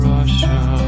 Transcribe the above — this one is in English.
Russia